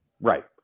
Right